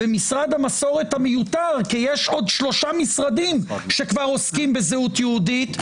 ומשרד המסורת המיותר כי יש עוד שלושה משרדים שכבר עוסקים בזהות יהודית,